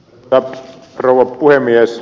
arvoisa rouva puhemies